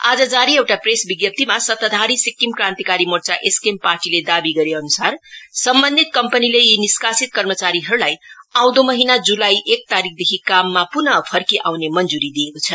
आज जारी एउटा प्रेस विज्ञाप्तीमा सत्ताधारी सिक्किम क्रान्तीकारी मोर्चा एसकेएम पार्टीले दाबी गरेअनुसार सम्बन्धित कम्पनीले यी निष्कासित कर्मचारीहरुलाई आँउदो महिना जुलाई महिनाको एक तारिख देखि काममा पुन फर्की आउने मंजूरी दिएको छ